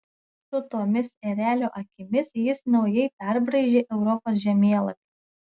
su tomis erelio akimis jis naujai perbraižė europos žemėlapį